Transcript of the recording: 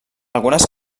algunes